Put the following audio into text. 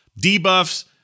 debuffs